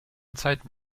zeiten